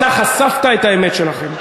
אתה חשפת את האמת שלכם.